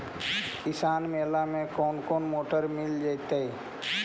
किसान मेला में कोन कोन मोटर मिल जैतै?